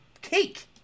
cake